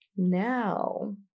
Now